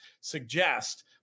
suggest